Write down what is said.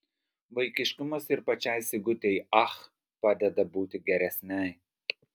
vaikiškumas ir pačiai sigutei ach padeda būti geresnei